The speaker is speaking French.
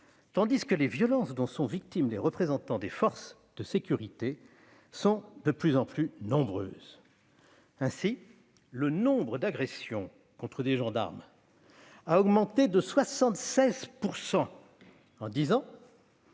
tandis que les violences dont sont victimes les représentants des forces de sécurité sont de plus en plus nombreuses. Ainsi, le nombre d'agressions contre des gendarmes a augmenté de 76 % en dix ans